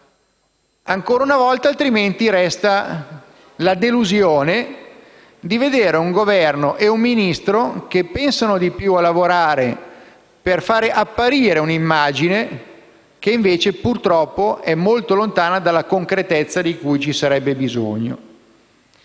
Ancora una volta, altrimenti, resta la delusione di vedere un Governo e un Ministro che pensano di più a lavorare per fare apparire una certa immagine, che invece è molto lontana dalla concretezza di cui ci sarebbe bisogno.